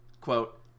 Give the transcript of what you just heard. quote